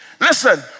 Listen